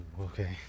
okay